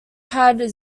had